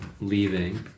leaving